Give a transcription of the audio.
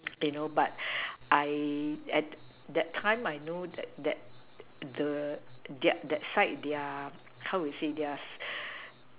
you know but I at that time I know that that the their that side their how to say their